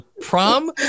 prom